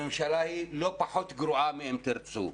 הממשלה היא לא פחות גרועה מ"אם תרצו".